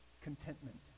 contentment